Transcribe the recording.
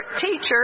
teacher